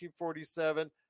1947